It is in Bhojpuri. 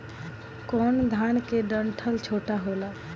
कौन धान के डंठल छोटा होला?